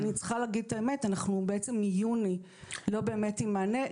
אני צריכה להגיד את האמת: אנחנו בעצם מיוני לא באמת עם מענה.